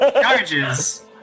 charges